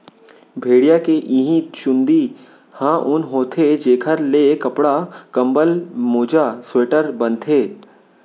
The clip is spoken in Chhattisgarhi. भेड़िया के इहीं चूंदी ह ऊन होथे जेखर ले कपड़ा, कंबल, मोजा, स्वेटर बनथे